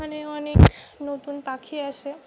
মানে অনেক নতুন পাখি আসে